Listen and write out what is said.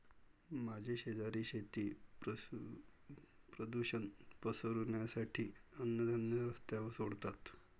माझे शेजारी शेती प्रदूषण पसरवण्यासाठी अन्नधान्य रस्त्यावर सोडतात